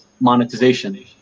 monetization